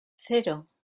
cero